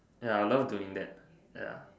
ya I love to do that ya